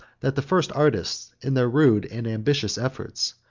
that the first artists, in their rude and ambitious efforts,